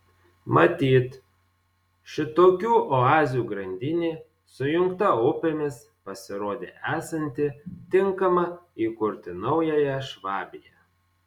matyt šitokių oazių grandinė sujungta upėmis pasirodė esanti tinkama įkurti naująją švabiją